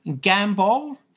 gamble